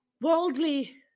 worldly